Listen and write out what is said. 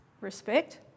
Respect